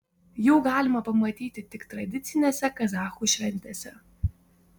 jų galima pamatyti tik tradicinėse kazachų šventėse